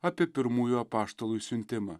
apie pirmųjų apaštalų išsiuntimą